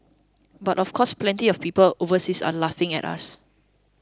but of course plenty of people overseas are laughing at us